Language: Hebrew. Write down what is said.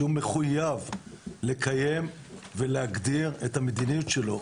שמחויב לקיים ולהגדיר את המדיניות שלו,